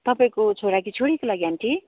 तपाईँको छोरा कि छोरीको लागि आन्टी